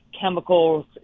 chemicals